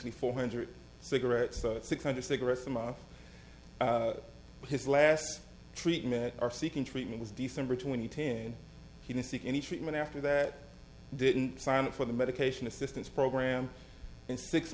y four hundred cigarettes six hundred cigarettes him on his last treatment are seeking treatment was december twenty ten he didn't seek any treatment after that didn't sign up for the medication assistance program and six